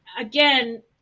Again